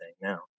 now